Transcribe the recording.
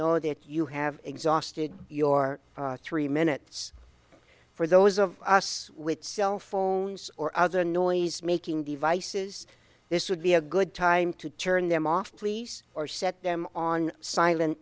know that you have exhausted your three minutes for those of us with cell phones or other noisemaking devices this would be a good time to turn them off police or set them on silent